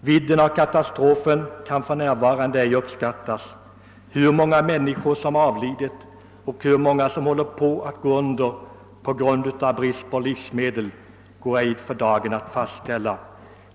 Vidden av katastrofen kan för närvarande inte uppskattas. Hur många människor som omkommit och hur många som håller på att gå under på grund av brist på livsmedel går för dagen inte att fastställa.